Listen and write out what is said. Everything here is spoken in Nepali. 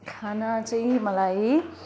खाना चाहिँ मलाई